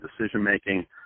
decision-making